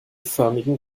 förmigen